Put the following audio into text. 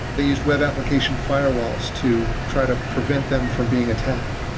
they use web application firewalls to try to prevent them from being attacked.